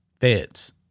feds